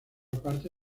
parte